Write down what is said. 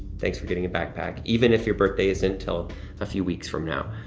thanks for getting a backpack even if your birthday isn't until a few weeks from now.